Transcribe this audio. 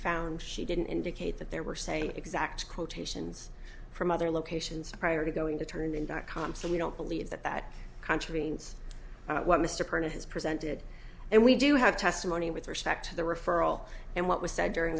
found she didn't indicate that there were same exact quotation from other locations prior to going to turn in dot com so you don't believe that that contravenes what mr parnham has presented and we do have testimony with respect to the referral and what was said during